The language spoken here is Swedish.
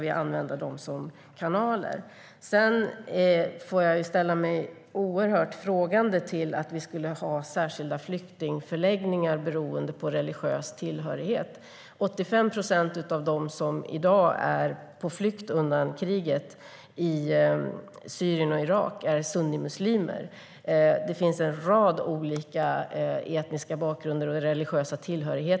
Jag ställer mig frågande till särskilda flyktingförläggningar beroende på religiös tillhörighet. 85 procent av dem som är på flykt undan kriget i Syrien och Irak i dag är sunnimuslimer. De har en rad olika etniska bakgrunder och religiösa tillhörigheter.